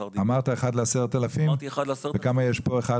אמרת אחד ל-10,000?וכמה יש פה ?